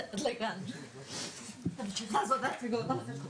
(הישיבה נפסקה בשעה 11:30 ונתחדשה בשעה 11:35.)